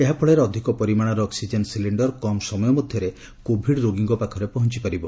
ଏହାଫଳରେ ଅଧିକ ପରିମାଣର ଅକ୍ଟିଜେନ୍ ସିଲିଣ୍ଡର୍ କମ୍ ସମୟ ମଧ୍ୟରେ କୋଭିଡ୍ ରୋଗୀଙ୍କ ପାଖରେ ପହଞ୍ଚପାରିବ